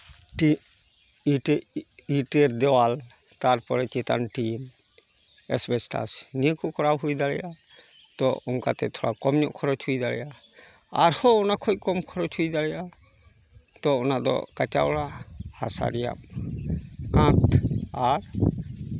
ᱤᱴᱟᱹ ᱤᱴᱟᱹ ᱤᱴᱮᱨ ᱫᱮᱣᱟᱞ ᱛᱟᱨᱯᱚᱨᱮ ᱪᱮᱛᱟᱱ ᱴᱤᱱ ᱮᱥᱵᱮᱥᱴᱟᱨ ᱱᱤᱭᱟᱹ ᱠᱚ ᱠᱚᱨᱟᱣ ᱦᱩᱭ ᱫᱟᱲᱮᱭᱟᱜᱼᱟ ᱛᱳ ᱚᱱᱠᱟᱛᱮ ᱛᱷᱚᱲᱟ ᱠᱚᱢ ᱧᱚᱜ ᱠᱷᱚᱨᱚᱪ ᱦᱩᱭ ᱫᱟᱲᱮᱭᱟᱜᱼᱟ ᱟᱨᱦᱚᱸ ᱚᱱᱟ ᱠᱷᱚᱱ ᱠᱚᱢ ᱠᱷᱚᱨᱚᱪ ᱦᱩᱭ ᱫᱟᱲᱮᱭᱟᱜᱼᱟ ᱛᱳ ᱚᱱᱟ ᱫᱚ ᱠᱟᱸᱪᱟ ᱚᱲᱟᱜ ᱦᱟᱥᱟ ᱠᱟᱸᱛ ᱟᱨ